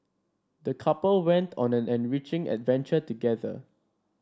the couple went on an enriching adventure together